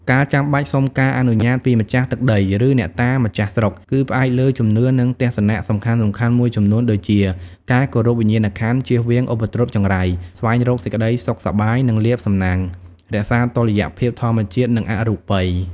ការចាំបាច់សុំការអនុញ្ញាតពីម្ចាស់ទឹកដី ឬអ្នកតាម្ចាស់ស្រុក គឺផ្អែកលើជំនឿនិងទស្សនៈសំខាន់ៗមួយចំនួនដូចជា ការគោរពវិញ្ញាណក្ខន្ធ ជៀសវាងឧបទ្រពចង្រៃ ស្វែងរកសេចក្តីសុខសប្បាយ និងលាភសំណាង រក្សាតុល្យភាពធម្មជាតិ និងអរូបិយ។